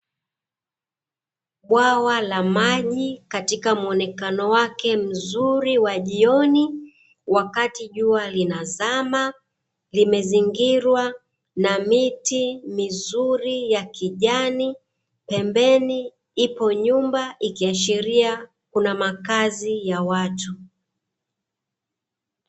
Bwawa la maji katika muonekano wake mzuri wa jioni wakati jua linazama, limezingirwa na miti mizuri ya kijani. Pembeni ipo nyumba ikiashiria kuna makazi ya watu.